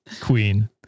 Queen